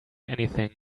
anything